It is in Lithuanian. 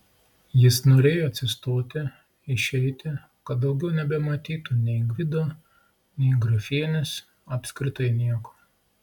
jis norėjo atsistoti išeiti kad daugiau nebematytų nei gvido nei grafienės apskritai nieko